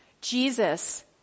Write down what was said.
Jesus